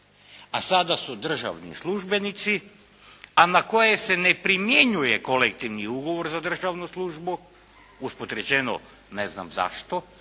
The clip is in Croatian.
a sada su državni službenici, a ne koje se ne primjenjuje kolektivni ugovor za državnu službu, usput rečeno ne znam zašto